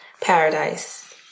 Paradise